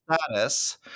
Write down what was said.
status